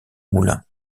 moulin